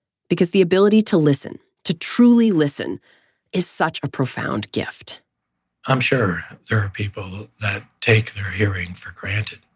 because the ability to listen to truly listen is such a profound gift i am sure there are people who take their hearing for granted.